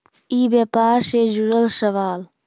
ई व्यापार से जुड़ल सवाल?